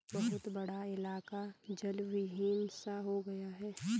बहुत बड़ा इलाका जलविहीन सा हो गया है